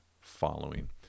following